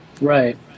Right